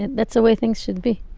that's the way things should be.